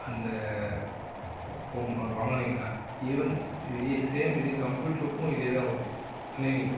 அந்த ஃபோன் அது வாங்குனிங்கனால் ஈவன் சேம் இது கம்ப்யூட்டருக்கும் இதேதான் வரும் கணினி